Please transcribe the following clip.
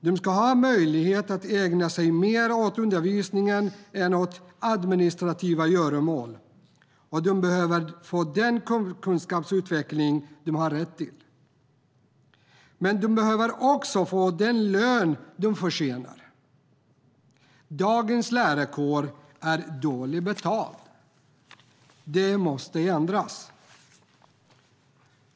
De ska ha möjlighet att ägna sig mer åt undervisningen än åt administrativa göromål, och de behöver få den kompetensutveckling de har rätt till. Men de behöver också få den lön de förtjänar. Dagens lärarkår är dålig betald. Det måste ändras.